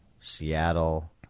Seattle